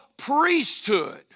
priesthood